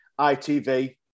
ITV